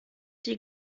die